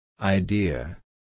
Idea